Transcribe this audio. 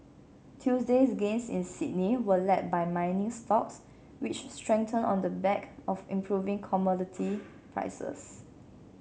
Tuesday's gains in Sydney were led by mining stocks which strengthened on the back of improving commodity prices